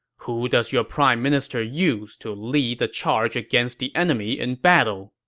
who does your prime minister use to lead the charge against the enemy in battle?